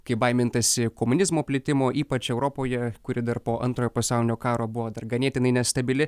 kai baimintasi komunizmo plitimo ypač europoje kuri dar po antrojo pasaulinio karo buvo dar ganėtinai nestabili